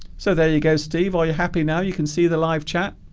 so there you go steve are you happy now you can see the live chat